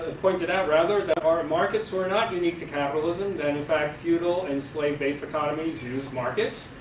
ah pointed out rather, that our and markets were not unique to capitalism, that and in fact feudal and slave based economies use markets,